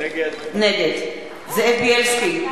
נגד זאב בילסקי,